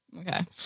Okay